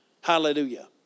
Hallelujah